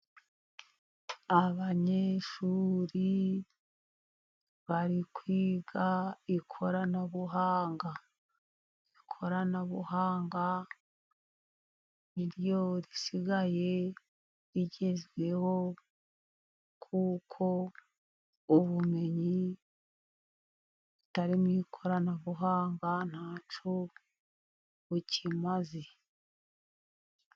Abanyeshuri bari kwiga ikoranabuhanga. Ikoranabuhanga niryo risigaye rigezweho kuko ubumenyi butari mu ikoranabuhanga ntacyo bukimaze.